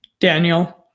Daniel